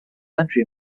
century